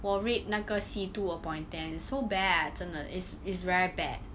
我 rate 那个戏 two upon ten so bad 真的 is it's very bad